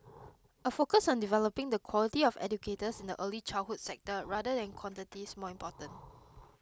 a focus on developing the quality of educators in the early childhood sector rather than quantity is more important